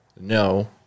no